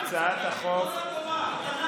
הצעת החוק, אצלו כל התורה.